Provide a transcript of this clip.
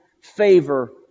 favor